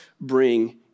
bring